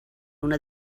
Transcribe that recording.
una